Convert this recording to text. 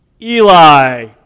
Eli